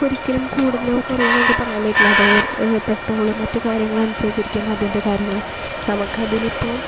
ഒരിക്കലും കൂടുതലോ കുറവോ നമുക്ക് പറയാൻ പറ്റില്ല അത് വേറൊരു പെട്രോളും മറ്റു കാര്യങ്ങളുമനുസരിച്ചിരിക്കും അതിൻ്റെ കാര്യങ്ങളും നമുക്ക് അതിലിപ്പോൾ